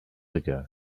ago